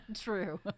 True